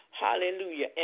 Hallelujah